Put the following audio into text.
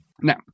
Now